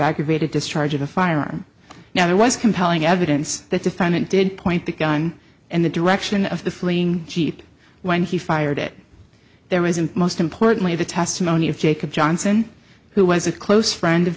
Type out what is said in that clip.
aggravated discharge of a firearm now there was compelling evidence that defendant did point the gun in the direction of the fleeing jeep when he fired it there was in post importantly the testimony of jacob johnson who was a close friend of